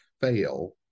fail